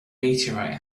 meteorite